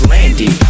Landy